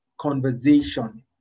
conversation